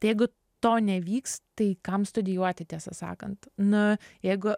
tai jeigu to nevyks tai kam studijuoti tiesą sakant nu jeigu